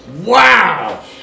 Wow